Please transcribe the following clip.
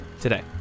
Today